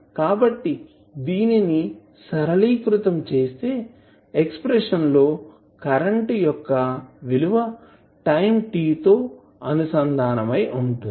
కాబట్టి దీనిని సరళీకృతం చేస్తే ఎక్స్ప్రెషన్ లో కరెంటు యొక్క విలువ టైం t తో అనుసంధానమై ఉంటుంది